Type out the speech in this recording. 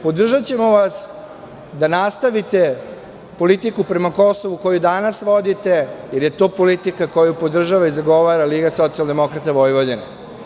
Podržaćemo vas da nastavite politiku prema Kosovu koju danas vodite, jer je to politika koju podržava i zagovara Liga socijaldemokrata Vojvodine.